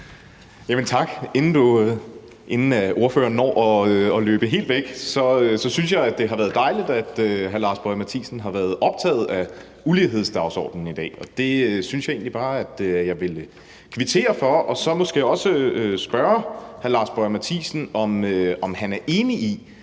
Tak. Inden ordføreren når at løbe helt væk, vil jeg sige, at jeg synes, det har været dejligt, at hr. Lars Boje Mathiesen har været optaget af ulighedsdagsordenen i dag, og det syntes jeg egentlig bare at jeg ville kvittere for. Så vil jeg spørge hr. Lars Boje Mathiesen, om han er enig i,